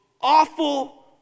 awful